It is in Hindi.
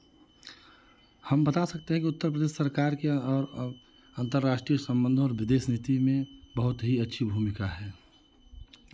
हम बता सकते हैं कि उत्तर प्रदेश सरकार के और अंतर्राष्ट्रीय संबंधों और विदेश नीति में बहुत ही अच्छी भूमिका है